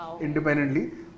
independently